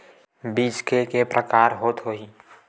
बीज के प्रकार के होत होही?